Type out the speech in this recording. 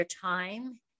time